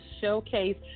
showcase